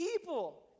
people